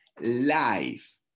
life